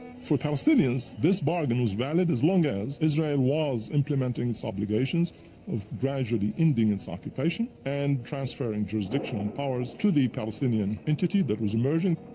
for palestinians, this bargain was valid as long as israel was implementing its obligations of gradually ending its occupation and transferring jurisdiction and powers to the palestinian entity that was emerging.